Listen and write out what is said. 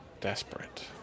desperate